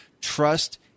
Trust